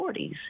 40s